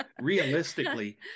realistically